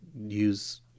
use